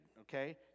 okay